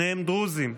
שניהם דרוזים.